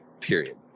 period